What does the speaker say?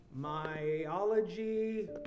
myology